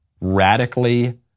radically